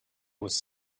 was